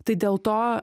tai dėl to